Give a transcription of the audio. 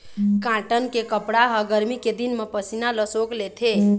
cotton के कपड़ा ह गरमी के दिन म पसीना ल सोख लेथे